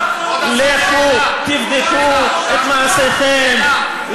לכו תבדקו את מעשיכם,